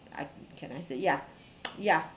I can I say ya ya